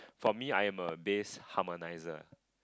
for me I am a base harmonizer